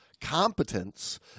Competence